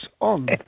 on